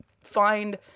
find